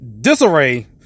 disarray